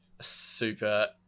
super